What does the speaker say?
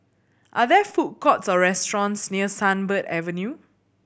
are there food courts or restaurants near Sunbird Avenue